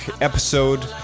episode